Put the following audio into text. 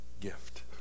gift